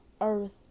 earth